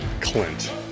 Clint